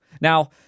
Now